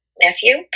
nephew